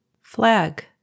Flag